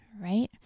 right